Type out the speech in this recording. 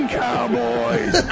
cowboys